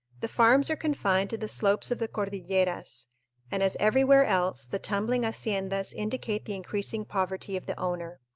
the farms are confined to the slopes of the cordilleras, and, as every where else, the tumbling haciendas indicate the increasing poverty of the owner.